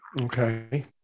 Okay